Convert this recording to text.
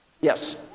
Yes